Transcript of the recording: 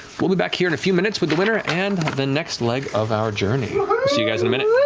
we'll be back here in a few minutes, with the winner and the next leg of our journey. we'll see you guys in a minute.